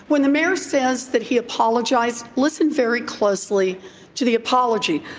when the mayor says that he apologized, listen very closely to the apology.